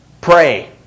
Pray